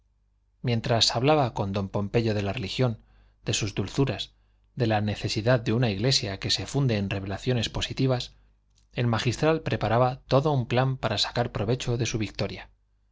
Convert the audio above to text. mientras hablaba con don pompeyo de la religión de sus dulzuras de la necesidad de una iglesia que se funde en revelaciones positivas el magistral preparaba todo un plan para sacar provecho de su victoria